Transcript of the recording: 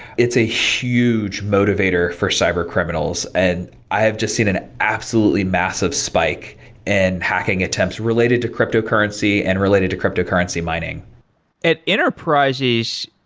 it's a huge motivator for cyber criminals, and i have just seen an absolutely massive spike in and hacking attempts related to cryptocurrency and related to cryptocurrency mining at enterprises,